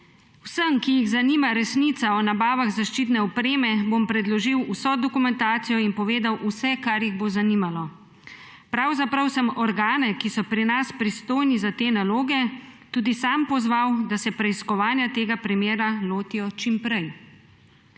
»»Vsem, ki jih zanima resnica o nabavah zaščitne opreme, bom predložil vso dokumentacijo in povedal vse, kar jih bo zanimalo. Pravzaprav sem organe, ki so pri nas pristojni za te naloge, tudi sam pozval, da se preiskovanja tega primera lotijo čim prej.